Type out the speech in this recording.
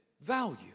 Value